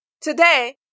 Today